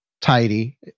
tidy